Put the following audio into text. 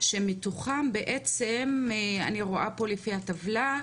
שמתוכם בעצם אני רואה פה לפי הטבלה,